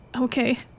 okay